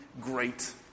great